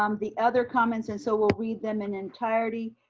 um the other comments, and so we'll read them in entirety.